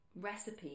recipe